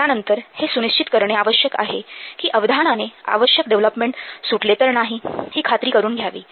त्यानंतर हे सुनिश्चित करणे आवश्यक आहे की अवधानाने आवश्यक डेव्हलपमेंट सुटले तर नाही ही खात्री करून घ्यावी